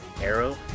arrow